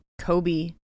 Kobe